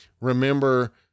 remember